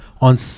on